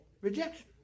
Rejection